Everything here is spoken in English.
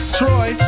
troy